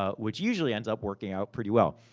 ah which usually ends up working out pretty well.